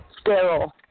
sterile